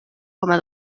coma